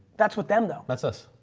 that's what them though. that's us.